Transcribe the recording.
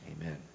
amen